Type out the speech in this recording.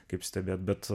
kaip stebėt bet